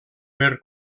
per